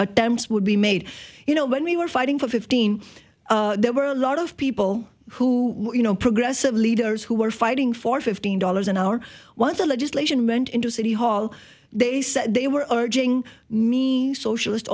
attempts would be made you know when we were fighting for fifteen there were a lot of people who were you know progressive leaders who were fighting for fifteen dollars an hour what the legislation meant into city hall they said they were urging me so